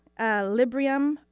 Librium